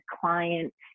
clients